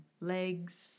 legs